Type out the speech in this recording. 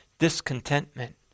discontentment